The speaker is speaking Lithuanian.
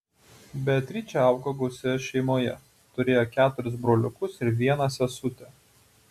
beatričė augo gausioje šeimoje turėjo keturis broliukus ir vieną sesutę